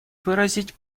выразить